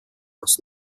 aus